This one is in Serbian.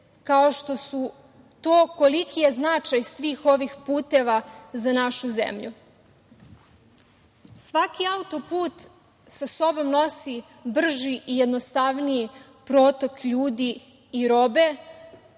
kao što su to koliki je značaj svih ovih puteva za našu zemlju. Svaki autoput sa sobom nosi brži i jednostavniji protok ljudi i robe,